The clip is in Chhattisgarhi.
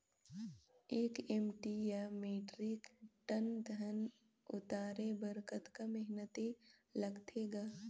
एक एम.टी या मीट्रिक टन धन उतारे बर कतका मेहनती लगथे ग?